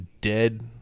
dead